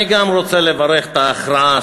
אני גם רוצה לברך על ההכרעה